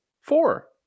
Four